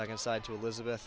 like a side to elizabeth